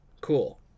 Cool